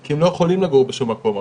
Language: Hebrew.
כי הם לא יכולים לגור בשום מקום אחר.